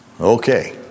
okay